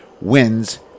wins